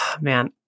Man